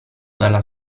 dalla